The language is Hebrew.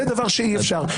זה דבר שאי אפשר.